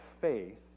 faith